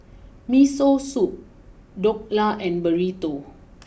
Miso Soup Dhokla and Burrito